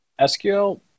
SQL